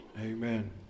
Amen